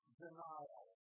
denial